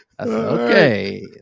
Okay